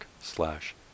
slash